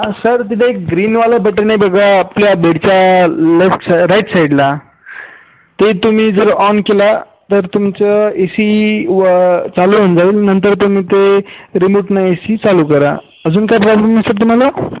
sir तिथे एक ग्रीनवालं बटन आहे बघा आपल्या बेडच्या लेफ्ट साय राइट साइडला ते तुम्ही जर ऑन केला तर तुमचं ए सी व चालू होऊन जाईल नंतर तुम्ही ते रिमोटने ए सी चालू करा अजून काय प्रॉब्लम असेल तुम्हाला